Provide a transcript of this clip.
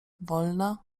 wolna